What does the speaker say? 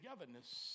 togetherness